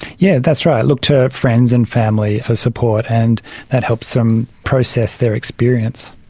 yeah that's right, look to friends and family for support, and that helps them processed their experience.